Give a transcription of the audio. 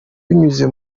binyuze